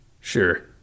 Sure